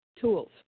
Tools